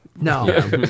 No